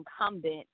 incumbent